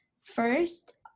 First